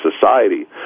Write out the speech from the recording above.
society